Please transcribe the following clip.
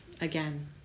again